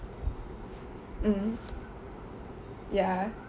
mm ya